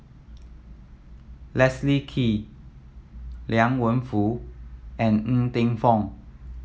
Leslie Kee Liang Wenfu and Ng Teng Fong